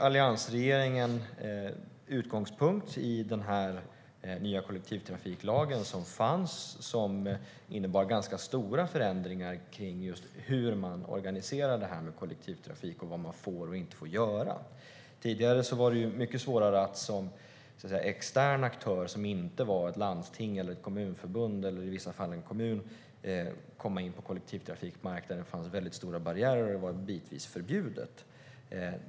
Alliansregeringen tog sin utgångspunkt i den nya kollektivtrafiklag som fanns och som innebar ganska stora förändringar just i hur man organiserar det här med kollektivtrafik och vad man får och inte får göra. Tidigare var det mycket svårare att som extern aktör - alltså inte ett landsting, ett kommunförbund eller i vissa fall en kommun - komma in på kollektivtrafikmarknaden. Det fanns väldigt höga barriärer, och det var bitvis förbjudet.